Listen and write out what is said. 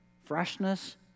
freshness